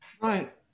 Right